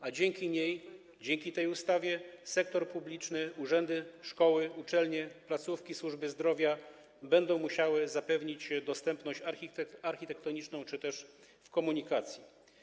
A dzięki niej, dzięki tej ustawie, sektor publiczny, urzędy, szkoły, uczelnie, placówki służby zdrowia, będzie musiał zapewnić dostępność architektoniczną czy też dostępność w komunikacji.